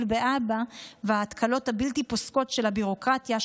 באבא וההתקלות הבלתי-פוסקות של הביורוקרטיה,